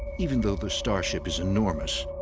even though the starship is enormous,